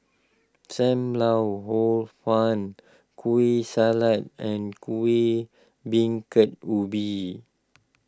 Sam Lau Hor Fun Kueh Salat and Kuih Bingka Ubi